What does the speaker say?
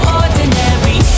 ordinary